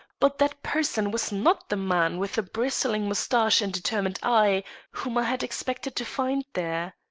but that person was not the man with the bristling mustache and determined eye whom i had expected to find there.